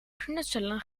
knutselen